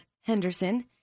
Henderson